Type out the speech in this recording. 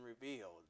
revealed